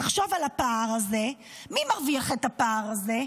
תחשוב על הפער הזה, מי מרוויח את הפער הזה?